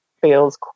feels